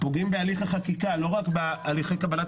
פוגעים בהליך החקיקה - לא רק בהליכי קבלת